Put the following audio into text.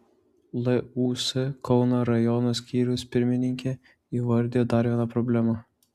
lūs kauno rajono skyriaus pirmininkė įvardijo dar vieną problemą